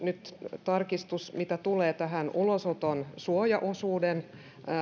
nyt myös tarkistuksen mitä tulee ulosoton suojaosuuden